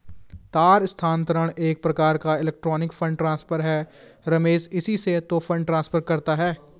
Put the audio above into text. तार स्थानांतरण एक प्रकार का इलेक्ट्रोनिक फण्ड ट्रांसफर है रमेश इसी से तो फंड ट्रांसफर करता है